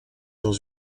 dans